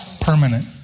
permanent